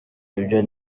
ibyo